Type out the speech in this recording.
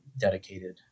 dedicated